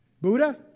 Buddha